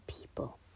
people